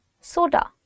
Soda